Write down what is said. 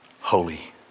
holy